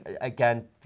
again